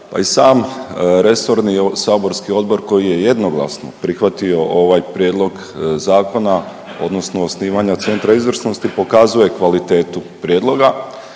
Pa i sam resorni saborski odbor koji je jednoglasno prihvatio ovaj prijedloga zakona, odnosno osnivanja Centra izvrsnosti pokazuje kvalitetu prijedloga.